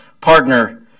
partner